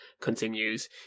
continues